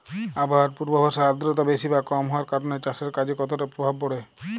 আবহাওয়ার পূর্বাভাসে আর্দ্রতা বেশি বা কম হওয়ার কারণে চাষের কাজে কতটা প্রভাব পড়ে?